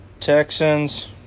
Texans